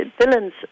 villains